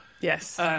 Yes